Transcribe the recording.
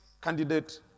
candidate